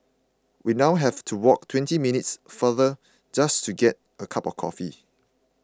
we now have to walk twenty minutes farther just to get a cup of coffee